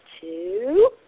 two